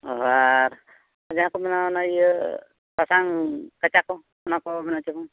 ᱚ ᱟᱨ ᱡᱟᱦᱟᱸ ᱠᱚ ᱢᱮᱱᱟ ᱚᱱᱟ ᱤᱭᱟᱹ ᱥᱟᱥᱟᱝ ᱠᱟᱪᱟ ᱠᱚ ᱚᱱᱟ ᱠᱚ ᱚᱱᱟ ᱠᱚ ᱢᱮᱱᱟᱜ ᱟᱪᱮ ᱵᱟᱝ